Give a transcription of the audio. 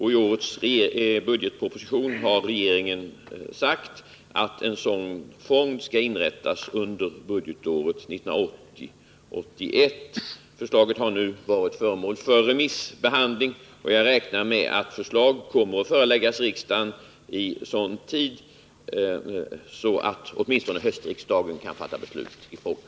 I årets budgetproposition har regeringen sagt att en sådan fond skall inrättas under budgetåret 1980/81. Förslaget har nu varit föremål för remissbehandling, och jag räknar med att förslag kommer att föreläggas riksdagen i sådan tid att riksdagen åtminstone i höst kan fatta beslut i frågan.